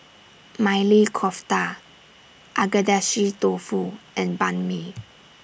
Maili Kofta Agedashi Dofu and Banh MI